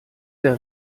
der